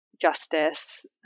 justice